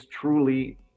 truly